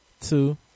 two